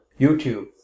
YouTube